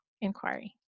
inquiry